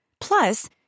Plus